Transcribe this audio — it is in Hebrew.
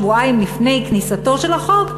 שבועיים לפני כניסתו של החוק,